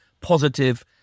positive